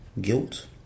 guilt